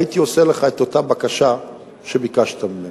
הייתי עושה לך את אותה בקשה שביקשת ממני.